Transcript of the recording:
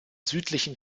südlichen